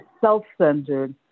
self-centered